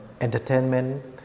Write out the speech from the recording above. entertainment